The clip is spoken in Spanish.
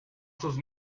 sus